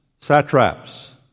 satraps